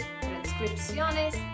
transcripciones